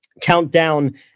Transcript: Countdown